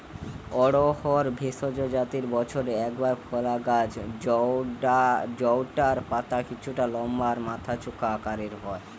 অড়হর ভেষজ জাতের বছরে একবার ফলা গাছ জউটার পাতা কিছুটা লম্বা আর মাথা চোখা আকারের হয়